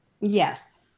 Yes